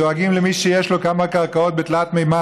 דואגים למי שיש לו כמה קרקעות בתלת-ממד,